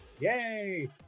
yay